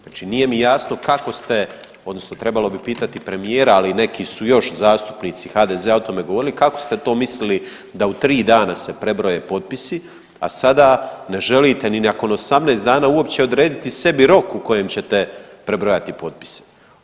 Znači nije mi jasno kako ste odnosno trebalo bi pitati premijera, ali neki su još zastupnici HDZ-a o tome govorili, kako ste to mislili da u 3 dana se prebroje potpisi, a sada ne želite ni nakon 18 dana uopće odrediti sebi rok u kojem ćete prebrojati potpise.